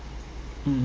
mm